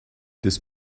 this